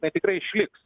jinai tikrai išliks